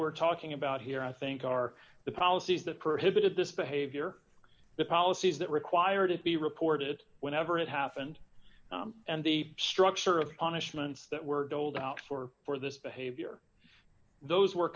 we're talking about here i think are the policies that prohibited this behavior the policies that required it be reported whenever it happened and the structure of punishments that were doled out for for this behavior those were